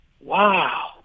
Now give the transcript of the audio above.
Wow